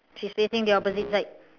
she's facing the opposite side